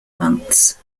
months